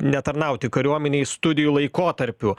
netarnauti kariuomenėj studijų laikotarpiu